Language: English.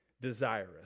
desirous